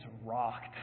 rocked